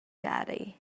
daddy